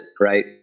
right